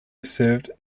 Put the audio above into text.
served